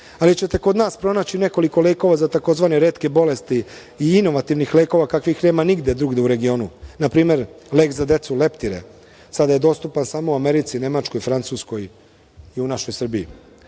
ali ćete kod nas pronaći nekoliko lekova za tzv. „retke bolesti“ i inovativnih lekova kakvih nema nigde drugde u regionu, npr. lek za decu „leptire“. Sada je dostupan samo u Americi, Nemačkoj, Francuskoj i u našoj